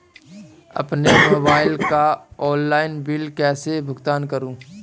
अपने मोबाइल का online bill कैसे भुगतान करूं?